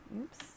oops